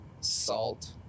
salt